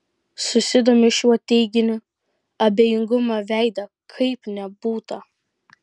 susidomiu šiuo teiginiu abejingumo veide kaip nebūta